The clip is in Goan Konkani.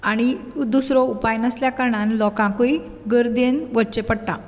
आनी दुसरो उपाय नासलेल्या कारणान लोकांकूय गर्देन वच्चें पडटा